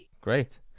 great